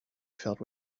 filled